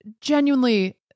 genuinely